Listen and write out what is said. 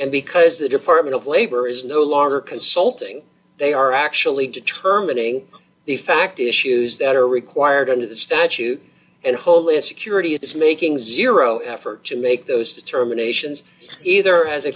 and because the department of labor is no longer consulting they are actually determining the fact issues that are required under the statute and homeland security is making zero effort to make those determinations either as a